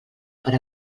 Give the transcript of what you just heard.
per